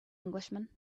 englishman